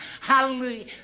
hallelujah